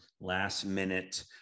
last-minute